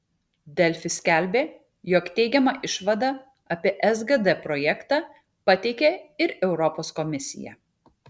delfi skelbė jog teigiamą išvadą apie sgd projektą pateikė ir europos komisija